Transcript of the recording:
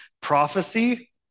Prophecy